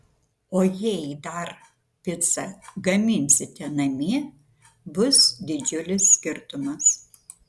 o jei dar picą gaminsite namie bus didžiulis skirtumas